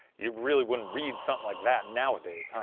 you really wouldn't read something like that nowadays, huh?